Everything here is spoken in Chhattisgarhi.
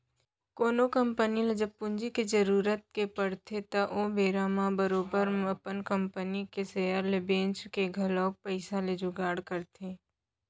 कोनो कंपनी ल जब पूंजी के जरुरत के पड़थे त ओ बेरा म बरोबर अपन कंपनी के सेयर ल बेंच के घलौक पइसा के जुगाड़ करथे